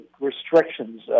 restrictions